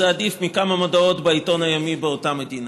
זה עדיף מכמה מודעות בעיתון היומי באותה מדינה.